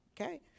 Okay